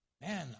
Man